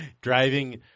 Driving